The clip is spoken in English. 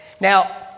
Now